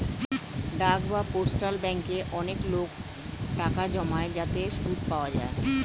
ডাক বা পোস্টাল ব্যাঙ্কে অনেক লোক টাকা জমায় যাতে সুদ পাওয়া যায়